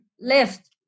left